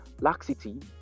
Laxity